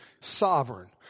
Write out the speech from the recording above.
sovereign